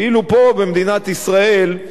ואילו פה, במדינת ישראל,